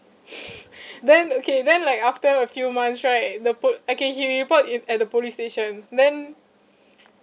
then okay then like after a few months right the po~ okay he report in at the police station then